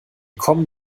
kommen